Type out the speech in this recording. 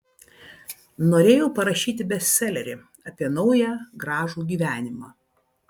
norėjau parašyti bestselerį apie naują gražų gyvenimą